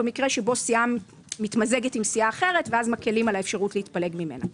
במקרה שבו סיעה מתמזגת עם סיעה אחרת ואז מקלים על האפשרות להתפלג ממנה.